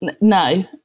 No